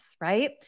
right